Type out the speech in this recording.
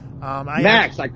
Max